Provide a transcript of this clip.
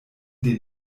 den